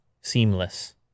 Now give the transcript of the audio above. seamless